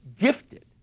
gifted